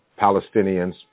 Palestinians